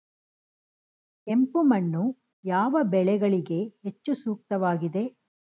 ಕೆಂಪು ಮಣ್ಣು ಯಾವ ಬೆಳೆಗಳಿಗೆ ಹೆಚ್ಚು ಸೂಕ್ತವಾಗಿದೆ?